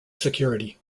security